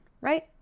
right